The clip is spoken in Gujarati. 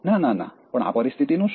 ના ના ના પણ આ પરિસ્થિતિનું શું